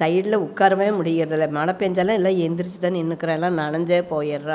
சைட்டில் உட்காரவே முடியிறதில்லை மழை பேஞ்சாலே எல்லாம் எந்துருச்சிதான் நின்றுக்குறோம் இல்லை நனஞ்சே போயிடுறோம்